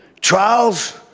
Trials